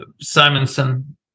Simonson